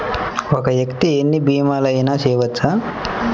ఒక్క వ్యక్తి ఎన్ని భీమలయినా చేయవచ్చా?